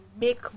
make